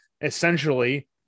essentially